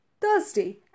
Thursday